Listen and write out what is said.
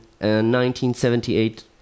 1978